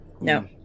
No